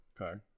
Okay